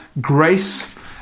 grace